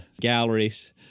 galleries